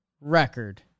record